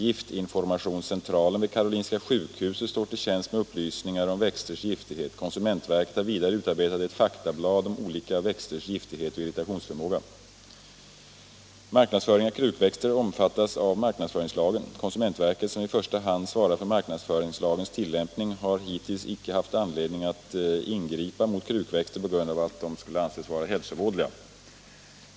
Giftinformationscentralen vid Karolinska sjukhuset står till tjänst med upplysningar om växters 119 giftighet. Konsumentverket har vidare utarbetat ett faktablad om olika växters giftighet och irritationsförmåga. Marknadsföring av krukväxter omfattas av marknadsföringslagen. Konsumentverket, som i första hand svarar för marknadsföringslagens tillämpning, har hittills inte haft anledning att ingripa mot krukväxter på grund av att de skulle anses vara hälsovådliga.